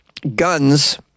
guns